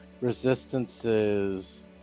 resistances